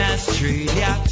Australia